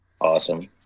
awesome